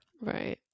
right